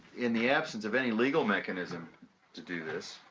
in the absence of any legal mechanism to do this,